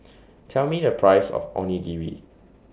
Tell Me The Price of Onigiri